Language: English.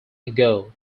ago